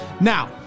Now